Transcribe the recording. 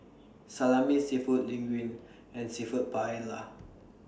Salami Seafood Linguine and Seafood Paella